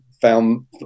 found